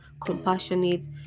compassionate